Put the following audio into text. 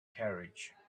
carriage